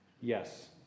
Yes